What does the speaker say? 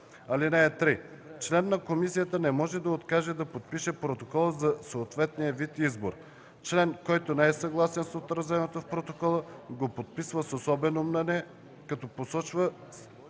(3) Член на комисията не може да откаже да подпише протокола за съответния вид избор. Член, който не е съгласен с отразеното в протокола, го подписва с особено мнение, като посочва